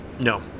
No